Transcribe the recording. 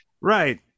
Right